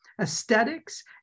aesthetics